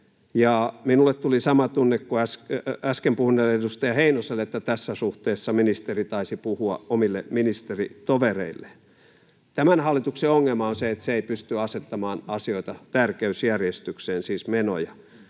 minulle tuli sama tunne kuin äsken puhuneelle edustaja Heinoselle, että tässä suhteessa ministeri taisi puhua omille ministeritovereilleen. Tämän hallituksen ongelma on se, että se ei pysty asettamaan asioita tärkeysjärjestykseen, siis menoja.